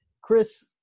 Chris